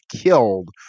killed